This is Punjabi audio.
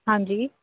ਹਾਂਜੀ